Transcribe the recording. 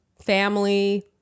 family